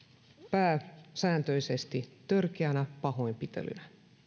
pääsääntöisesti törkeänä pahoinpitelynä